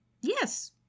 Yes